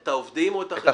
את העובדים או את החברות?